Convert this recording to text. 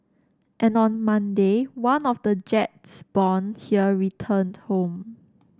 and on Monday one of the jets born here returned home